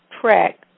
track